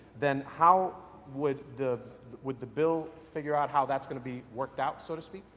then how would the would the bill figure out how that is going to be worked out so to speak,